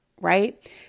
right